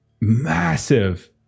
massive